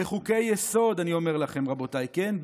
ובחוקי-יסוד, אני אומר לכם, רבותיי, כן?